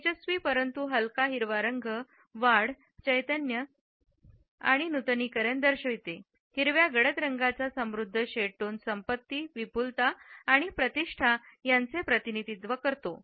तेजस्वी परंतु हलका हिरवा रंग वाढ चैतन्य आणि नूतनीकरण दर्शविते तर हिरव्यागडद रंगाच्या समृद्ध शेड टोन संपत्ती विपुलता आणि प्रतिष्ठा यांचे प्रतिनिधित्व करतात